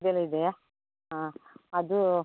ಬೇರೆ ಇದೆಯ ಹಾಂ ಅದು